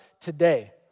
today